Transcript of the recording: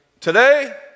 Today